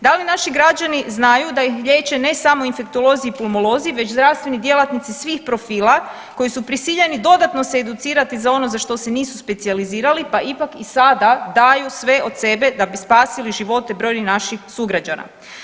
Da li naši građani znaju da ih liječe ne samo infektolozi i pulmolozi već zdravstveni djelatnici svih profila koji su prisiljeni dodatno se educirati za ono za što se nisu specijalizirali, pa ipak i sada daju sve od sebe da bi spasili živote brojnih naših sugrađana.